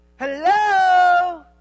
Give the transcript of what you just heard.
Hello